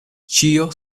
ĉio